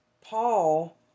Paul